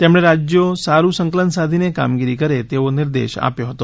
તેમણે રાજ્યો સાડું સંકલન સાધીને કામગીરી કરે તેવો નિર્દેશ આપ્યો હતો